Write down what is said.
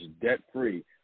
debt-free